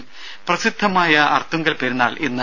രുമ പ്രസിദ്ധമായ അർത്തുങ്കൽ പെരുന്നാൾ ഇന്ന്